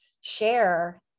share